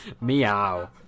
Meow